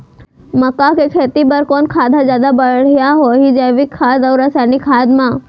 मक्का के खेती बर कोन खाद ह जादा बढ़िया रही, जैविक खाद अऊ रसायनिक खाद मा?